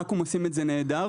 אקו"ם עושים את זה נהדר,